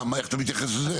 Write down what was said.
איך אתה מתייחס לזה?